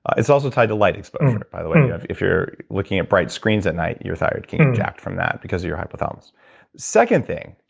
it's also tied to light exposure by the way. if you're looking at bright screens at night, your thyroid can get jacked from that because of your hypothalamus second thing,